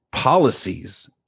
Policies